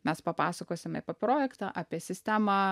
mes papasakosim apie projektą apie sistemą